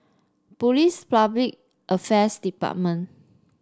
Police Public Affairs Department